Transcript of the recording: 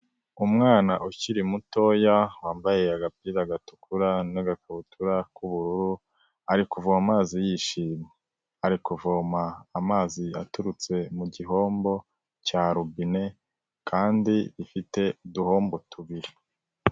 Umwana ukiri mutoya wambaye agapira gatukura n'agakabutura k'ubururu, ari kuvoma amazi yishimye, ari kuvoma amazi aturutse mu gihombo cya robine kandi ifite uduhombo tubiri.